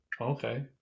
Okay